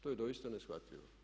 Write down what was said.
To je doista neshvatljivo.